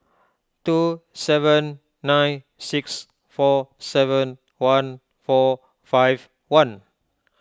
two seven nine six four seven one four five one